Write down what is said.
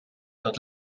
tot